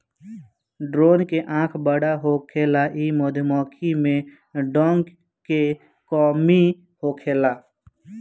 drone के आँख बड़ होखेला इ मधुमक्खी में डंक के कमी होखेला